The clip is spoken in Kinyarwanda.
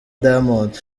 diamond